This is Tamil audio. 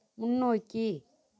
முன்னோக்கி